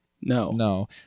no